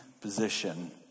position